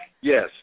Yes